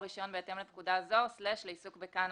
רישיון בהתאם לפקודה זו/לעיסוק בקנאבוס.